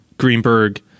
Greenberg